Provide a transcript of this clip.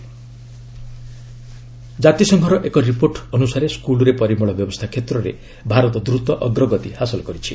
UN report ଜାତିସଂଘର ଏକ report ଅନୁସାରେ ସ୍କୁଲ୍ରେ ପରିମଳ ବ୍ୟବସ୍ଥା କ୍ଷେତ୍ରରେ ଭାରତ ଦ୍ରତ ଅଗ୍ରଗତି ହାସଲ କରିଛି